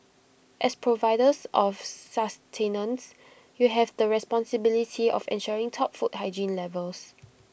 as providers of sustenance you have the responsibility of ensuring top food hygiene levels